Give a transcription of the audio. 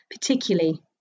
particularly